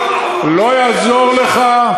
לא יעזור לך,